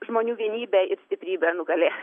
žmonių vienybė ir stiprybė nugalės